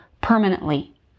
permanently